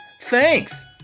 Thanks